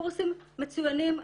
קורסים מצוינים,